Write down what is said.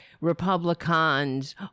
Republicans